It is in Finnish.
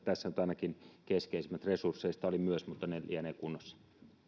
tässä nyt ainakin keskeisimmät resursseista oli myös mutta ne lienevät kunnossa